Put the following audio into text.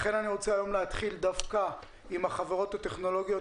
לכן אני רוצה היום להתחיל דווקא עם החברות הטכנולוגיות,